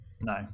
no